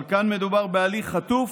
אבל כאן מדובר בהליך חטוף,